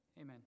Amen